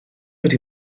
wedi